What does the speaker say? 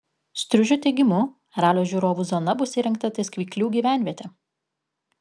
striužo teigimu ralio žiūrovų zona bus įrengta ties kvyklių gyvenviete